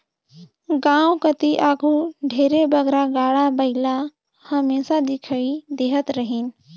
गाँव कती आघु ढेरे बगरा गाड़ा बइला हमेसा दिखई देहत रहिन